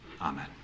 Amen